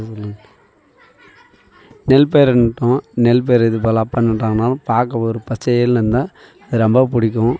எங்கள் நெல்பயிரை நட்டோம் நெல்பயிர் இதுபோல் பண்ணுறாங்கன்னா பார்க்க ஒரு பச்சேல்னு இருந்தால் ரொம்ப பிடிக்கும்